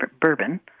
bourbon